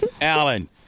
Alan